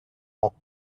rock